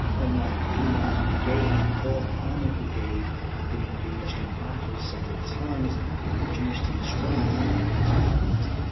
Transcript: unlike pienaar's brigade, fourth armoured brigade had been engaged in battle several times, and had been reduced in strength at this point.